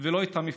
ולא את המפלג.